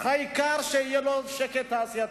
העיקר שיהיה לו שקט תעשייתי.